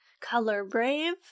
color-brave